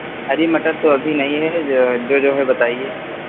हरी मटर तो अभी नहीं है जो जो जो है वह बताइए